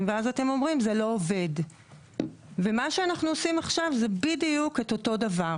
לא היה צריך לשנות כלום.